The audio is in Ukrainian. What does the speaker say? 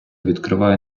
відкриває